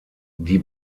die